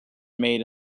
made